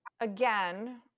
again